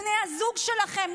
אלה בני הזוג שלכם,